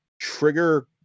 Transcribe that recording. trigger